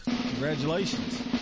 congratulations